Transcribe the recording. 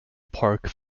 park